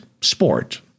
sport